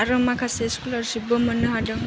आरो माखासे स्कलारसिप बो मोननो हादों